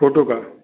photo का